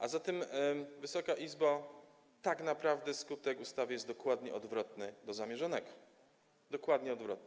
A zatem, Wysoka Izbo, tak naprawdę skutek ustawy jest dokładnie odwrotny do zamierzonego, dokładnie odwrotny.